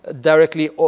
directly